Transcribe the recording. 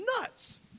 nuts